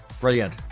brilliant